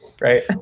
Right